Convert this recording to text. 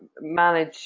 manage